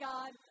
God